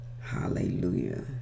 hallelujah